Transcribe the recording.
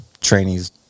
trainees